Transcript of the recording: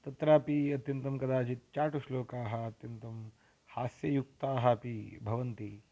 तत्रापि अत्यन्तं कदाचित् चाटुश्लोकाः अत्यन्तं हास्ययुक्ताः अपि भवन्ति